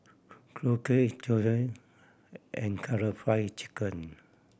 Korokke and Karaage Fried Chicken